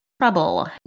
trouble